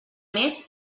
més